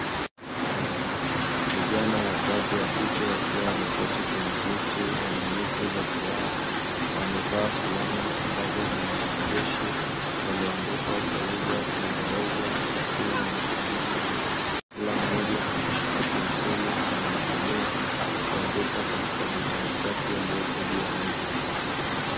Vijana watatu wakike wakiwa wameketi katika viti, wana nyuso za furaha wamevaa fulana zenye maandishi yameandikwa kwa lugha ya kiingereza yakiwa yanafanana kila mmoja ameshika penseli anayotumia kuandika katika makaratasi yaliyoko juu ya meza.